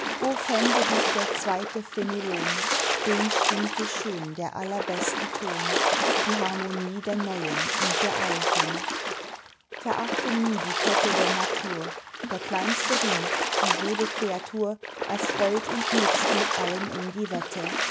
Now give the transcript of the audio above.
fände dich der zweite fenelon den stimmte schön der allerbeste ton die harmonie der neuen und der alten verachte nie die kette der natur der kleinste ring wie jede kreatur erfreut und nutzt mit allen um die wette